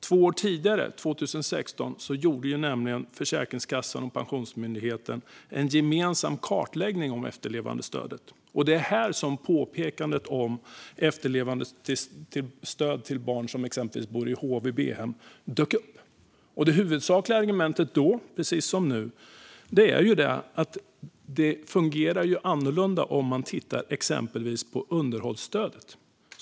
Två år tidigare, 2016, gjorde nämligen Försäkringskassan och Pensionsmyndigheten en gemensam kartläggning av efterlevandestödet. Det var där som påpekandet om efterlevandestödet till barn som bor i exempelvis HVB-hem dök upp. Det huvudsakliga argumentet var då, precis som nu, att det fungerar annorlunda med exempelvis underhållsstödet.